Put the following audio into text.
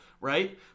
right